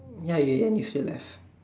ya in the end you still left